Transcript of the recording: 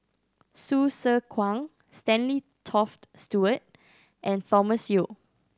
Hsu Tse Kwang Stanley Toft Stewart and Thomas Yeo